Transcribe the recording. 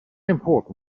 important